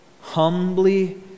Humbly